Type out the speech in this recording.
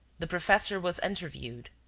the professor was interviewed.